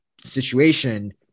situation